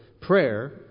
prayer